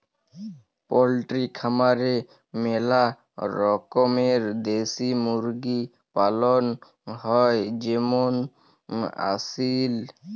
poultry খামারে ম্যালা রকমের দেশি মুরগি পালন হ্যয় যেমল আসিল